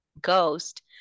Ghost